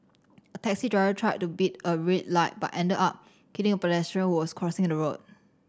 a taxi driver tried to beat a red light but ended up killing a pedestrian who was crossing the road